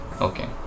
okay